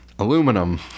Aluminum